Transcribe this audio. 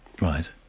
Right